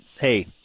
hey